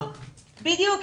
בדיוק.